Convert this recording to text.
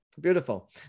Beautiful